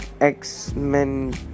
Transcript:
x-men